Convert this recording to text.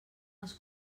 els